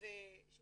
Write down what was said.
שהוא